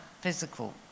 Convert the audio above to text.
physical